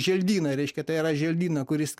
želdynai reiškia tai yra želdyną kuris